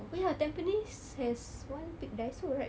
oh ya tampines has one big Daiso right